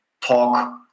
talk